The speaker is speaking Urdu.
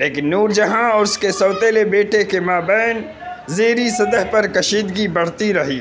لیکن نور جہاں اور اس کے سوتیلے بیٹے کے مابین زیریں سطح پر کشیدگی بڑھتی رہی